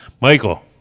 Michael